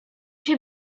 się